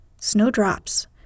Snowdrops